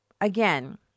again